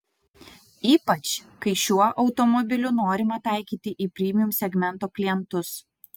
ypač kai šiuo automobiliu norima taikyti į premium segmento klientus